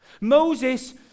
Moses